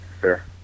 fair